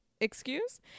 excuse